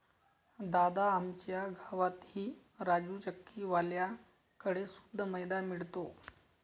दादा, आमच्या गावातही राजू चक्की वाल्या कड़े शुद्ध मैदा मिळतो